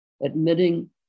admitting